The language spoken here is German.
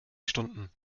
stunden